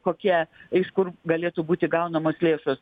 kokie iš kur galėtų būti gaunamos lėšos